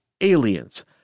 aliens